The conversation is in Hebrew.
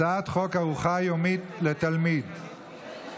הצעת חוק ארוחה יומית לתלמיד (תיקון,